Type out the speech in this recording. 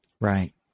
Right